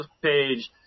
page